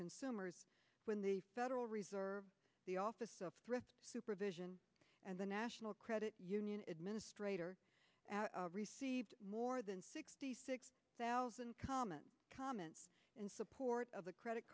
consumers when the federal reserve the office of thrift supervision and the national credit union administrator received more than sixty thousand comment comment in support of the credit